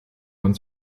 man